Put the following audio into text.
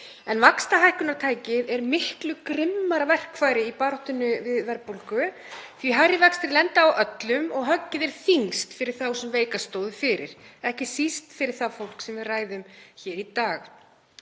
En vaxtahækkunartækið er miklu grimmara verkfæri í baráttunni við verðbólgu því að hærri vextir lenda á öllum og höggið er þyngst fyrir þá sem veikast stóðu fyrir, ekki síst fyrir það fólk sem við ræðum hér í dag.